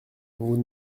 vous